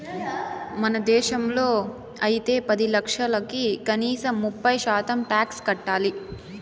మన దేశంలో అయితే పది లక్షలకి కనీసం ముప్పై శాతం టాక్స్ కట్టాలి